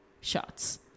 shots